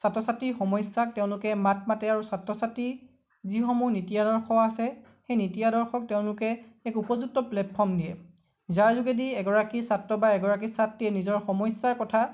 ছাত্ৰ ছাত্ৰীৰ সমস্যাত তেওঁলোকে মাত মাতে আৰু ছাত্ৰ ছাত্ৰীৰ যিসমূহ নীতি আদৰ্শ আছে সেই নীতি আদৰ্শক তেওঁলোকে এক উপযুক্ত প্লেটফৰ্ম দিয়ে যাৰ যোগেদি এগৰাকী ছাত্ৰ বা এগৰাকী ছাত্ৰীয়ে নিজৰ সমস্যাৰ কথা